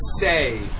say